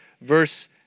verse